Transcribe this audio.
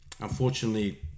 Unfortunately